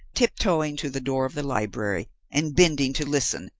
tiptoeing to the door of the library and bending to listen,